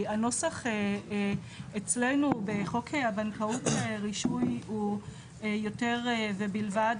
כי הנוסח אצלנו בחוק לבנקאות רישום הוא יותר ובלבד